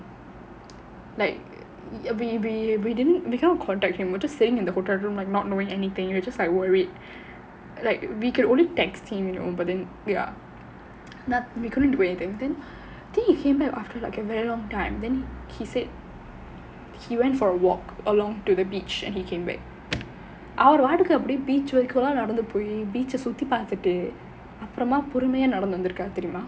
like maybe we didn't we cannot contact him were just sitting in the hotel room you know not knowing anything you know we were just like worried like we can only text him you know but then ya we couldn't do anything then then he came back after like a very long time then he said he went for a walk along to the beach and he came back அவரு பாட்டுக்கு அப்டியே:avar paatukku apidiyae beach வரைக்கும் லாம் நடந்து போய்:varaikkum laam nadanthu poyi beach ah சுத்தி பார்த்துட்டு அப்புறமா பொறுமையா நடந்து வந்துருக்காரு தெரியுமா:suthi paarthuttu appuramaa porumaiyaa nadanthu vanthurukaaru theriyumaa